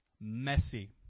Messy